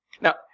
Now